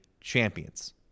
champions